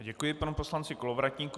Děkuji panu poslanci Kolovratníkovi.